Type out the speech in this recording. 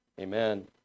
Amen